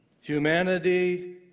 humanity